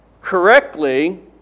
correctly